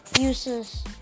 uses